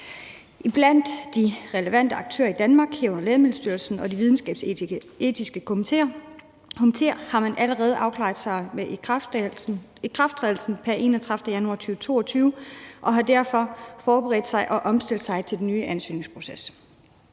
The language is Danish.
de relevante aktører i Danmark, herunder Lægemiddelstyrelsen og de videnskabsetiske komitéer, er man allerede afklaret i forhold til ikrafttrædelsen pr. 31. januar 2022 og har derfor forberedt sig og omstillet sig til den nye ansøgningsproces.